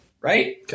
right